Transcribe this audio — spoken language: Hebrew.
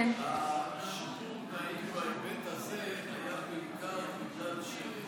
שיפור התנאים בהיבט הזה היה בעיקר שאנשים,